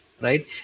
right